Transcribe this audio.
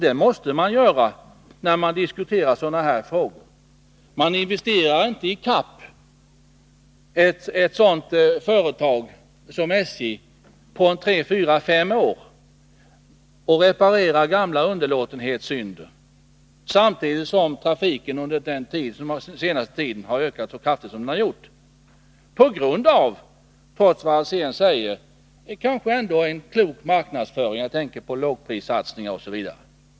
Det måste man göra när man diskuterar sådana här frågor. För ett företag som SJ går det inte att på tre, fyra eller fem år investera ikapp med behovet och reparera gamla underlåtenhetssynder, samtidigt som trafiken ökar så kraftigt som den har gjort under den senaste tiden. Trots vad Hans Alsén säger, sker denna ökning kanske ändå på grund av en klok marknadsföring — jag tänker på lågprissatsningen osv.